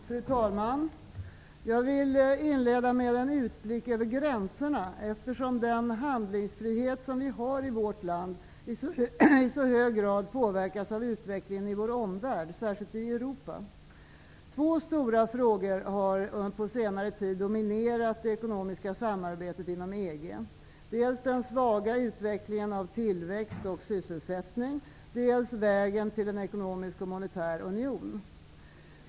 Fru talman! Jag vill inleda med en utblick över gränserna, eftersom den handlingsfrihet som vi har i vårt land i så hög grad påverkas av utvecklingen i vår omvärld, särskilt i Europa. Två stora frågor har på senare tid dominerat det ekonomiska samarbetet inom EG, dels den svaga utvecklingen av tillväxt och sysselsättning, dels vägen till en ekonomisk och monetär union.